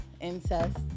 Incest